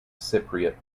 cypriot